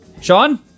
Sean